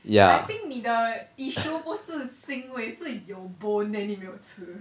yeah